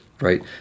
right